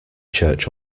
church